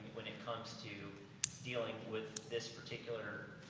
when it comes to dealing with this particular